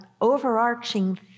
overarching